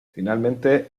finalmente